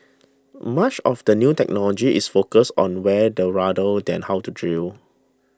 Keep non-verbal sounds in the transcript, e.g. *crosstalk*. much of the new technology is focused on where the *unintelligible* than how to drill